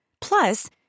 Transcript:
Plus